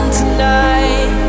tonight